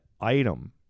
item